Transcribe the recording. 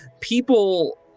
People